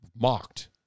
mocked